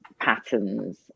patterns